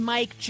Mike